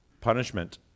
Punishment